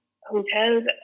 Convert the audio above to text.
hotels